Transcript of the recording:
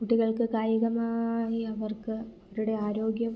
കുട്ടികൾക്ക് കായികമായി അവർക്ക് അവരുടെ ആരോഗ്യം